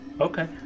okay